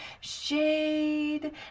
shade